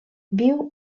viu